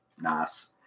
Nice